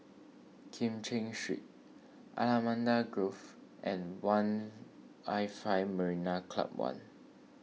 Kim Cheng Street Allamanda Grove and one'l Five Marina Club one